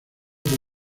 por